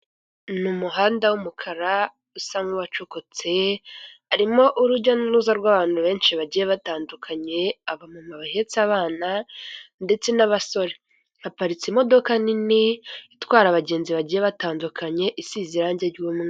Ni umuhanda w'umukara usa n'uwacukutse harimo urujya n'uruza rw'abantu benshi bagiye batandukanye, abamama bahetse abana, ndetse n'abasore, haparitse imodoka nini itwara abagenzi bagiye batandukanye isize irangi ry'umweru.